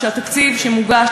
שהתקציב שמוגש,